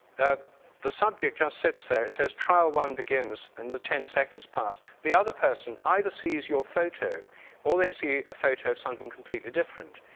the subject just sits there, it says trial one begins and the ten seconds pass. the other person either sees your photo or they see a photo something completely different.